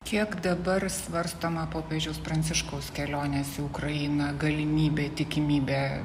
kiek dabar svarstoma popiežiaus pranciškaus kelionės į ukrainą galimybė tikimybė